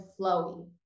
flowy